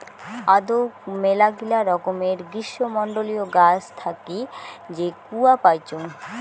আদৌক মেলাগিলা রকমের গ্রীষ্মমন্ডলীয় গাছ থাকি যে কূয়া পাইচুঙ